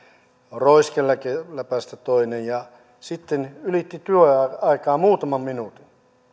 roiskeläpästä toinen ja sitten ylitti työaikaa muutaman minuutin